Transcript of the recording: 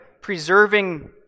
preserving